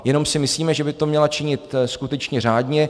Jenom si myslíme, že by to měla činit skutečně řádně.